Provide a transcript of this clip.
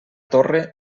torre